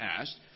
asked